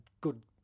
good